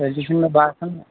فأیِدٕ چھُنہٕ مےٚ باسان